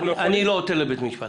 אני לא עותר לבית משפט.